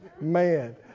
man